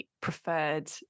preferred